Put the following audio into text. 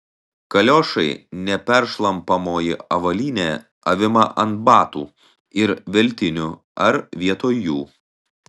kaliošai neperšlampamoji avalynė avima ant batų ir veltinių ar vietoj jų